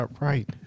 Right